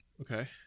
Okay